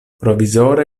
provizore